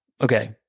okay